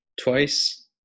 twice